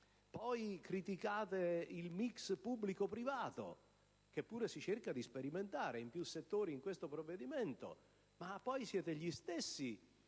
Criticate il *mix* pubblico-privato, che pure si cerca di sperimentare in più settori con questo provvedimento, e ci rimproverate di